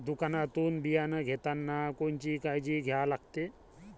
दुकानातून बियानं घेतानी कोनची काळजी घ्या लागते?